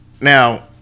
Now